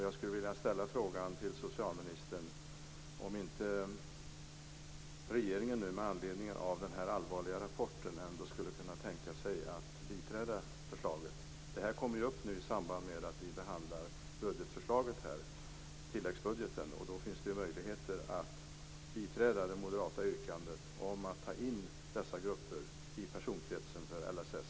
Jag skulle vilja fråga socialministern om inte regeringen nu med anledning av den allvarliga rapporten ändå skulle kunna tänka sig att biträda förslaget. Frågan kommer upp i samband med att vi behandlar budgetförslaget - tilläggsbudgeten - och då finns det möjligheter att biträda det moderata yrkandet om att ta in dessa grupper i personkretsen för LSS.